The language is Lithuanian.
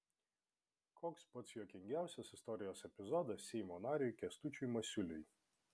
koks pats juokingiausias istorijos epizodas seimo nariui kęstučiui masiuliui